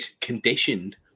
conditioned